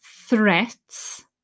threats